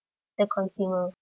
the consumer